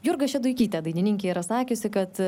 jurga šeduikytė dainininkė yra sakiusi kad